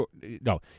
No